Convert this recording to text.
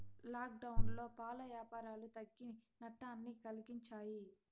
లాక్డౌన్లో పాల యాపారాలు తగ్గి నట్టాన్ని కలిగించాయి